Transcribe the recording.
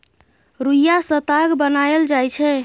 रुइया सँ ताग बनाएल जाइ छै